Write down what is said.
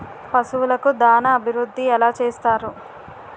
పశువులకు దాన అభివృద్ధి ఎలా చేస్తారు?